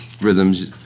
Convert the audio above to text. rhythms